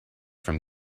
from